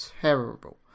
terrible